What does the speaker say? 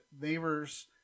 neighbors